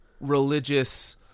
religious